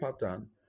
pattern